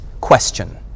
question